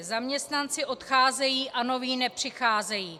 Zaměstnanci odcházejí a noví nepřicházejí.